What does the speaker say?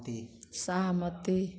सहमति